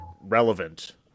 relevant